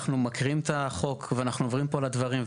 אנחנו מקריאים את החוק ואנחנו עוברים פה על הדברים.